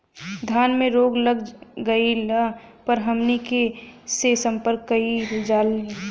धान में रोग लग गईला पर हमनी के से संपर्क कईल जाई?